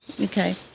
Okay